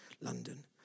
London